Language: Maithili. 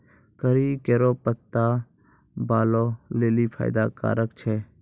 करी केरो पत्ता बालो लेलि फैदा कारक छै